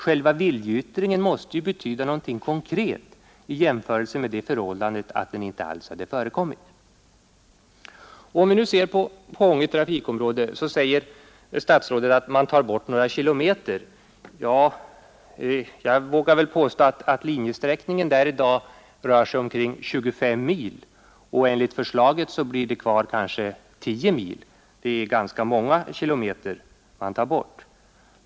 Själva viljeyttringen måste ju betyda något konkret i jämförelse med om den inte alls hade förekommit. Nu säger statsrådet att man tar bort några kilometer från detta trafikområde. Jag vågar emellertid påstå att linjesträckningen där i dag rör sig om ungefär 25 mil, och enligt förslaget blir det kanske kvar 10 mil. Det är alltså ganska många kilometer som tas bort.